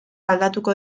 aldatuko